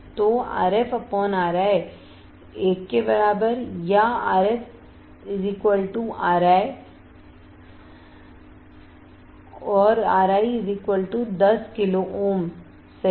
तो RfRi 1 या RfRI Rf Ri Ri 10 किलो ओम सही